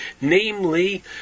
Namely